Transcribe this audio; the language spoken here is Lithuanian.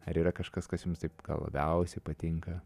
ar yra kažkas kas jums taip gal labiausiai patinka